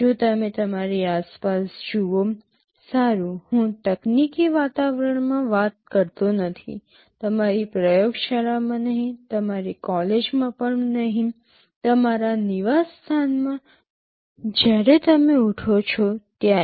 જો તમે તમારી આસપાસ જુઓ સારું હું તકનીકી વાતાવરણમાં વાત કરતો નથી તમારી પ્રયોગશાળામાં નહીં તમારી કોલેજમાં પણ નહીં તમારા નિવાસસ્થાનમાં જ્યારે તમે ઉઠો છો ત્યારે